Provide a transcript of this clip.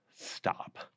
stop